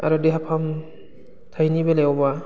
आरो देहा फाहामथायनि बेलायावब्ला